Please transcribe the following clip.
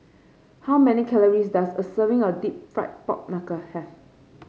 how many calories does a serving of deep fried Pork Knuckle have